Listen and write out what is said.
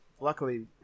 luckily